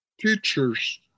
teachers